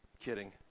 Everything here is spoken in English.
Kidding